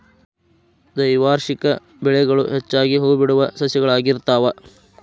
ದ್ವೈವಾರ್ಷಿಕ ಬೆಳೆಗಳು ಹೆಚ್ಚಾಗಿ ಹೂಬಿಡುವ ಸಸ್ಯಗಳಾಗಿರ್ತಾವ